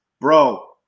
bro